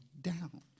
down